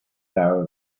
hour